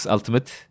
Ultimate